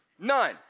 None